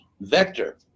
vector